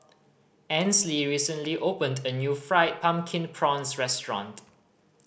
Ansley recently opened a new Fried Pumpkin Prawns restaurant